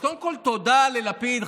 אז קודם כול, תודה ללפיד.